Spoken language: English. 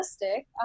realistic